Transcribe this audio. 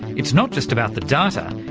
it's not just about the data,